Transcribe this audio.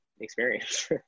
experience